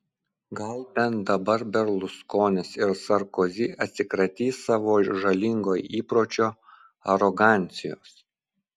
gal bent dabar berluskonis ir sarkozy atsikratys savo žalingo įpročio arogancijos